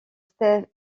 steve